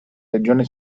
regione